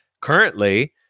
currently